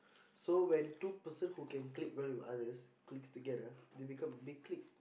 so when two person who can click well with others clicks together they become big clique